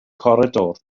coridor